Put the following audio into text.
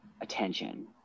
attention